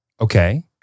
Okay